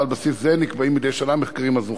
ועל בסיס זה נקבעים מדי שנה המחקרים הזוכים.